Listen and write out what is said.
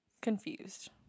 Confused